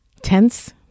tense